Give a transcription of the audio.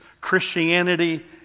Christianity